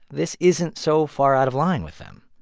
this isn't so far out of line with them.